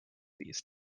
these